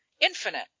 infinite